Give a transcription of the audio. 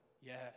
yes